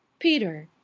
peter!